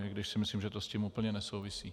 I když si myslím, že to s tím úplně nesouvisí.